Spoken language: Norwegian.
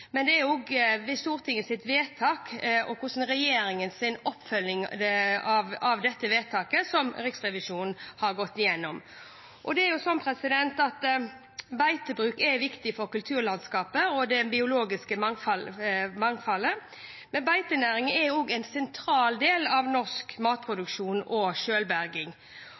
Det er Stortingets vedtak og regjeringens oppfølging av dette vedtaket som Riksrevisjonen har gått gjennom. Beitebruk er viktig for kulturlandskapet og det biologiske mangfoldet. Beitenæringen er også en sentral del av norsk matproduksjon og